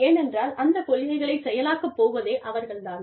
ஏனென்றால் அந்த கொள்கைகளைச் செயலாக்கப் போவதே அவர்கள் தான்